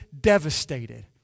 devastated